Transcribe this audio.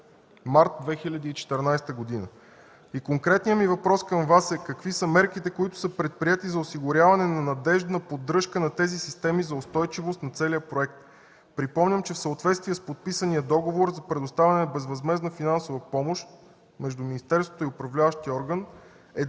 март 2014 г. Конкретният ми въпрос към Вас е: какви са мерките, предприети за осигуряване на надеждна поддръжка на системите за устойчивост на целия проект? Припомням, че в съответствие с подписания договор за предоставяне на безвъзмездна финансова помощ между министерството и управляващия орган, бенефициентът